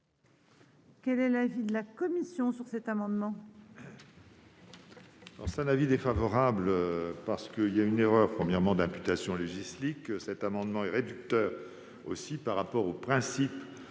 Quel est l'avis de la commission sur les amendements